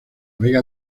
vega